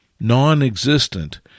non-existent